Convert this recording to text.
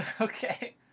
Okay